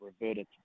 reverted